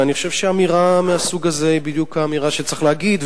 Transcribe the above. ואני חושב שאמירה מהסוג הזה היא בדיוק האמירה שצריך להגיד,